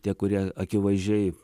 tie kurie akivaizdžiai